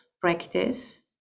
practice